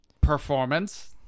performance